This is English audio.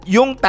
Yung